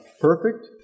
perfect